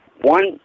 one